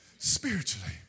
Spiritually